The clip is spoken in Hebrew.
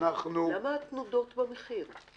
שאנחנו --- למה התנודות במחיר?